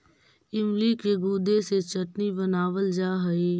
इमली के गुदे से चटनी बनावाल जा हई